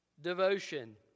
devotion